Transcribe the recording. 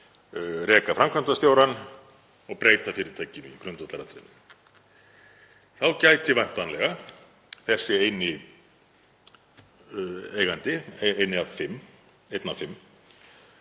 reka framkvæmdastjórann og breyta fyrirtækinu í grundvallaratriðum. Þá gæti væntanlega þessi eini eigandi, einn af fimm, samið